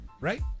Right